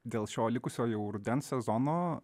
dėl šio likusio jau rudens sezono